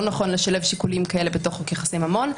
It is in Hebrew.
נכון לשלב שיקולים כאלה בחוק יחסי ממון,